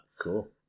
Cool